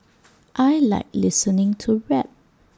I Like listening to rap